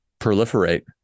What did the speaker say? proliferate